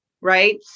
right